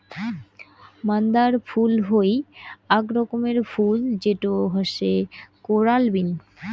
মান্দার ফুল হই আক রকমের ফুল যেটো হসে কোরাল বিন